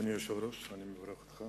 אדוני היושב-ראש, אני מברך אותך.